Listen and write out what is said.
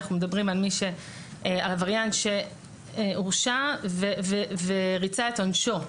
אנחנו מדברים על עבריין שהורשע וריצה את עונשו.